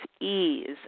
ease